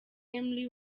emery